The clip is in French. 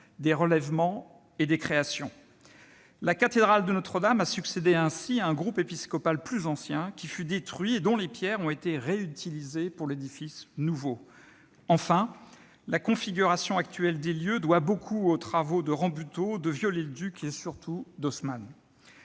des relèvements et des créations. La cathédrale de Notre-Dame a succédé ainsi à un groupe épiscopal plus ancien qui fut détruit et dont les pierres ont été réutilisées pour l'édifice nouveau. Enfin, la configuration actuelle des lieux doit beaucoup aux travaux de Rambuteau, de Viollet-le-Duc et surtout d'Haussmann.